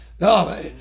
No